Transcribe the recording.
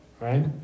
right